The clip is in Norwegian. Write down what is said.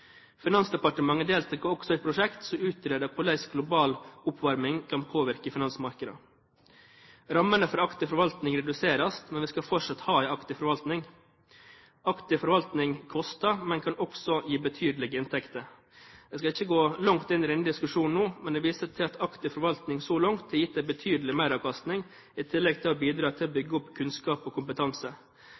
Finansdepartementet deltar også i et prosjekt som utreder hvordan global oppvarming kan påvirke finansmarkedene. Rammene for aktiv forvaltning reduseres, men vi skal fortsatt ha en aktiv forvaltning. Aktiv forvaltning koster, men kan også gi betydelige inntekter. Jeg skal ikke gå langt inn i denne diskusjonen nå, men jeg viser til at aktiv forvaltning så langt har gitt en betydelig meravkastning i tillegg til å bidra til å bygge opp kunnskap og kompetanse.